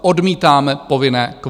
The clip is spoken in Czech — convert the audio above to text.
Odmítáme povinné kvóty.